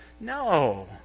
No